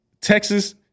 Texas